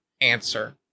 answer